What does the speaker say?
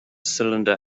cylinder